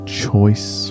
choice